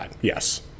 Yes